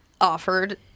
offered